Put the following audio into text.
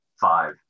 five